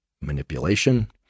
manipulation